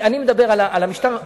אני מדבר על המשטר,